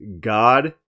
God